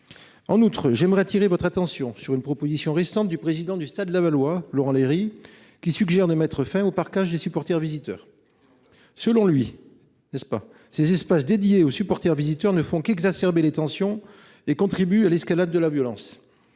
En outre, j’aimerais attirer votre attention sur une proposition récente du président du Stade Lavallois,… Excellent club !… Laurent Lairy, qui suggère de mettre fin aux « parcages » des supporters visiteurs. Selon lui, ces espaces réservés aux supporters visiteurs ne font qu’exacerber les tensions et contribuent à l’escalade de la violence.